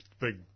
big